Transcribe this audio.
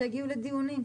שיגיעו לדיונים.